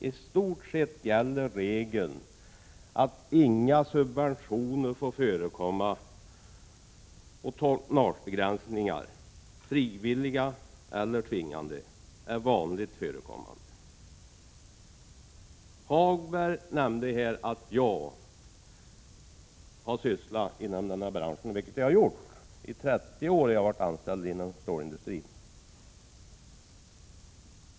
I stort sett gäller regeln att inga subventioner får förekomma, och tonnagebegränsningar — frivilliga eller tvingande — är vanligt förekommande. Lars-Ove Hagberg nämnde att jag har arbetat inom denna bransch. Det är riktigt — det har jag gjort. I 30 år har jag varit anställd inom stålindustrin.